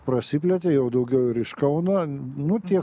prasiplėtė jau daugiau ir iš kauno nu tie